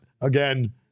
again